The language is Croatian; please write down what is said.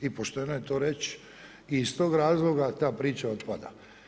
I pošteno je to reći i iz tog razloga, ta priča otpada.